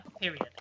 period